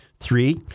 Three